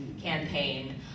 campaign